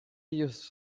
use